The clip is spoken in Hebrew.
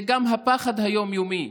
זה גם הפחד היום-יומי.